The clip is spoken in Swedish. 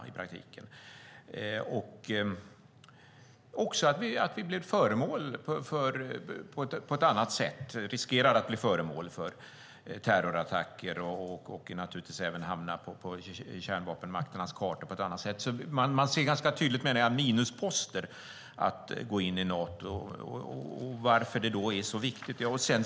Vi riskerar också att på ett annat sätt bli föremål för terrorattacker och naturligtvis att hamna på kärnvapenmakternas karta. Jag menar att man ganska tydligt ser minusposter med att gå in i Nato. Varför är det då så viktigt?